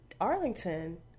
Arlington